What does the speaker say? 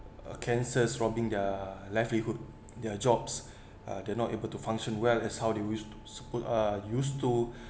uh cancers robbing their livelihood their jobs uh they're not able to function well as how they wished to super~ are used to